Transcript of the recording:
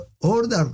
order